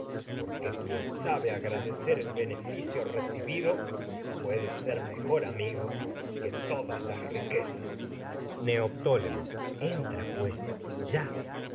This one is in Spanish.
porque quien sabe agradecer que beneficio recibido puede ser mejor amigo todas las riquezas ya me neoptólemo entra deseo pues filoctetes y